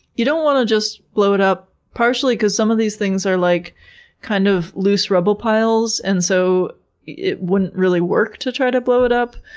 you don't want to just blow it up, partially because some of these things are like kind of loose rubble piles and so it wouldn't really work to try to blow it up.